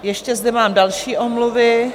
Ještě zde mám další omluvu.